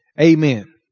Amen